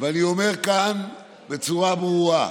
ואני אומר כאן בצורה ברורה: